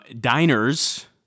diners